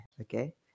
Okay